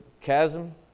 chasm